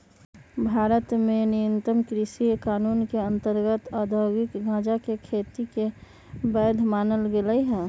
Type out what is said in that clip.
भारत में नवीनतम कृषि कानून के अंतर्गत औद्योगिक गजाके खेती के वैध मानल गेलइ ह